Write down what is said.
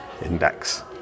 index